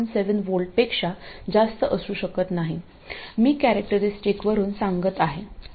7V पेक्षा जास्त असू शकत नाही मी कॅरेक्टरिस्टिकवरून सांगत आहे